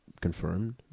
confirmed